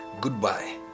Goodbye